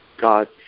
God